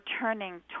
turning